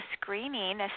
screening